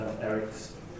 Eric's